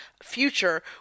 future